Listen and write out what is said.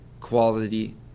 quality